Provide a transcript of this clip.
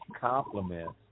compliments